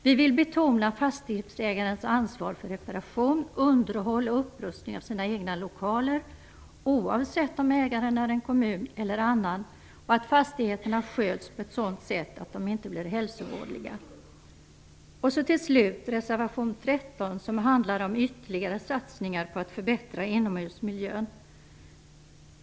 Vi vill betona fastighetsägarens ansvar för reparation, underhåll och upprustning av sina egna lokaler, oavsett om ägaren är en kommun eller någon annan, och att fastigheterna sköts på ett sådant sätt att de inte blir hälsovådliga. Till slut till reservation nr 13, som handlar om ytterligare satsningar på att förbättra inomhusmiljön.